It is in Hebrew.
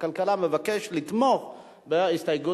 הכלכלה מבקשים לתמוך בהסתייגות